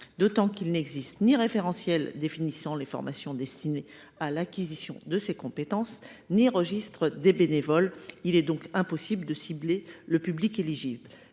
demeurant, il n’existe ni référentiel définissant les formations destinées à l’acquisition de ces compétences ni registre des bénévoles. Il est donc impossible de cibler le public éligible.